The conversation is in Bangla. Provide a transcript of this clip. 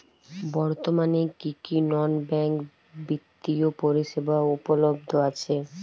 বর্তমানে কী কী নন ব্যাঙ্ক বিত্তীয় পরিষেবা উপলব্ধ আছে?